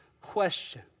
question